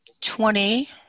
twenty